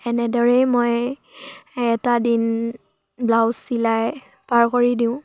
এনেদৰেই মই এটা দিন ব্লাউজ চিলাই পাৰ কৰি দিওঁ